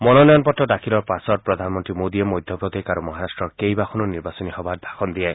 মনোনয়ন পত্ৰ দাখিলৰ পাছত প্ৰধানমন্ত্ৰী মোদীয়ে মধ্যপ্ৰদেশ আৰু মহাৰা্ট্ৰৰ কেবাখনো নিৰ্বাচনী সভাত ভাষণ দিয়ে